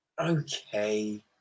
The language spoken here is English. okay